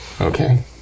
okay